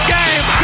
game